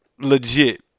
legit